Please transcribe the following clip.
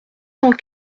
cent